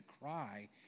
cry